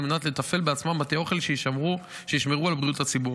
מנת לתפעל בעצמם בתי אוכל שישמרו על בריאות הציבור.